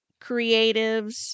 creatives